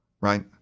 right